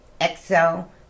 Excel